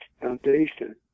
Foundation